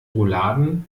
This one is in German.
rouladen